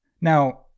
Now